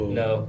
no